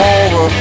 over